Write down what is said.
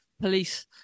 police